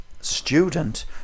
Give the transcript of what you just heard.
student